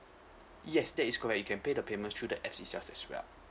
yes that is correct you can pay the payment through the apps itself as well